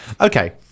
Okay